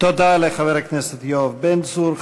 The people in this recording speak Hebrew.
תודה לחבר הכנסת יואב בן צור.